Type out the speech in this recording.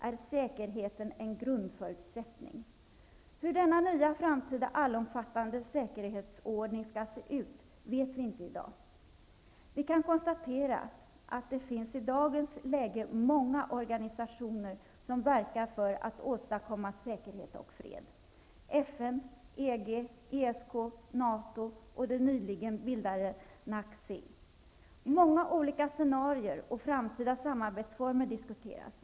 Vi vet inte i dag hur denna nya allomfattande säkerhetsordning skall se ut. Vi kan konstatera att det i dagens läge finns många organisationer som verkar för att åstadkomma säkerhet och fred, t.ex. FN, EG, ESK, NATO och det nyligen bildade NACC. Många olika scenarier och framtida samarbetsformer diskuteras.